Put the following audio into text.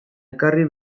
ekarri